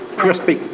crispy